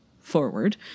forward